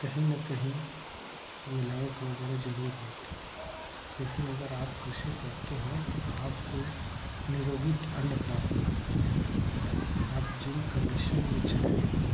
कहीं न कहीं मिलावट वगैर जरूर होता है लेकिन आप जब कृषि करते हैं तो आपको निरोगित अन्न प्राप्त होते हैं आप जिन कंडीशन में चाहें